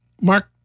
Mark